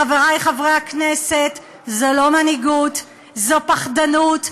חברי חברי הכנסת, זו לא מנהיגות, זו פחדנות.